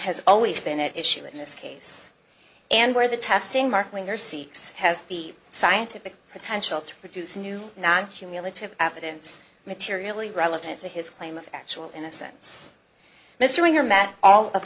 has always been at issue in this case and where the testing mark winger seeks has the scientific potential to produce new non commutative evidence materially relevant to his claim of actual innocence mr ringer met all of